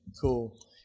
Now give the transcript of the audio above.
Cool